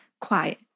quiet